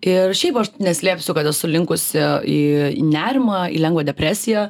ir šiaip aš neslėpsiu kad esu linkusi į į nerimą į lengvą depresiją